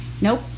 Nope